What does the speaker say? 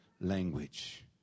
language